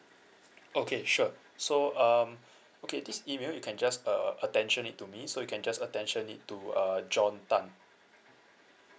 okay sure so um okay this email you can just uh attention it to me so you can just attention it to uh john tan